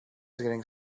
getting